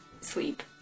sleep